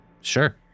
Sure